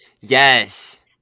Yes